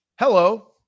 Hello